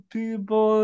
people